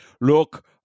look